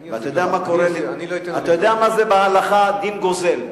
אתה יודע מה זה בהלכה דין גוזל.